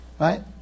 Right